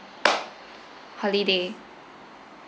holiday